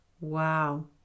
Wow